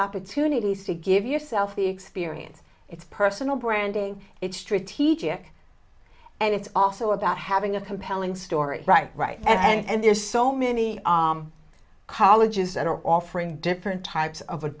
opportunities to give yourself the experience it's personal branding it's strategic and it's also about having a compelling story right right and there's so many colleges that are offering different types of